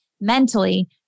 mentally